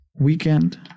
Weekend